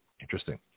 Interesting